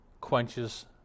quenches